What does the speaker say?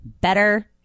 better